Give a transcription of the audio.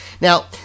now